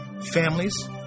families